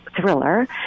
thriller